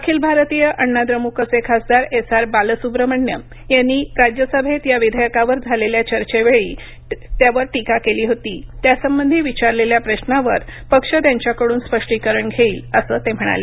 अखिल भारतीय अण्णा द्रमुकचे खासदार एस आर बालसुब्रमण्यम यांनी राज्यसभेत या विधेयकांवर झालेल्या चर्चेवेळी त्यावर टीका केली होती त्यासंबंधी विचारलेल्या प्रश्नावर पक्ष त्यांच्याकडून स्पष्टीकरण घेईल असं ते म्हणाले